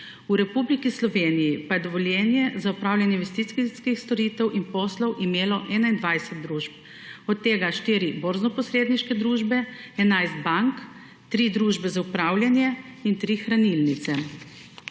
V Republiki Slovenije je dovoljenje za opravljanje investicijskih storitev in poslov imelo 21 družb, od tega 4 borznoposredniške družbe, 11 bank, 3 družbe za upravljanje in 3 hranilnice.